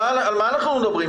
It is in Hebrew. על מה אנחנו מדברים?